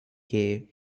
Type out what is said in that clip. hill